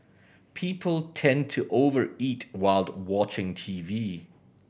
people tend to over eat while watching T V